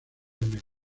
metros